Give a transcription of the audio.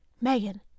Megan